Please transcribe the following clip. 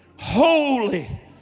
Holy